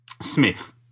Smith